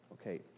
okay